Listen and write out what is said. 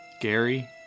Gary